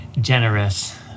generous